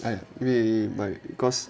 I we might cause